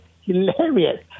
hilarious